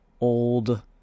old